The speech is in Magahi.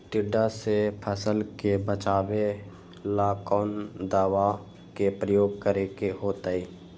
टिड्डा से फसल के बचावेला कौन दावा के प्रयोग करके होतै?